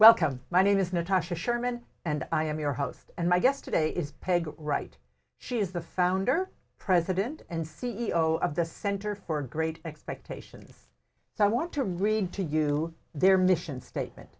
welcome my name is natasha sherman and i am your host and my guest today is peg right she is the founder president and c e o of the center for great expectations so i want to read to you their mission statement